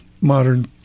modern